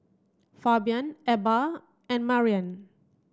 Fabian Ebba and Marian